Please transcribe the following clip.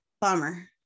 bummer